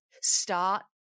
Start